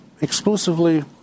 exclusively